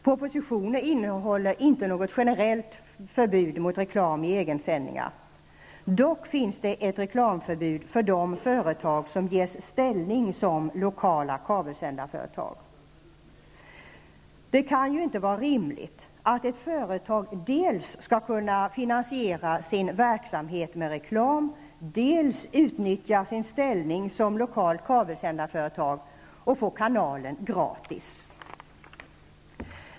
Propositionen innehåller inte något generellt förbud mot reklam i egensändningar. Dock finns det ett reklamförbud för de företag som ges ställning som lokala kabelsändarföretag. Det kan inte vara rimligt att ett företag dels skall kunna finansiera sin verksamhet med reklam, dels kunna utnyttja sin ställning som lokalt kabelsändarföretag och få kanalen gratis.